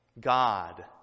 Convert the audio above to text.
God